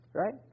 Right